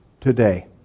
today